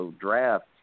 draft